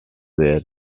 were